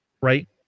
right